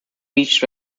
beach